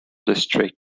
district